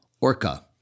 Orca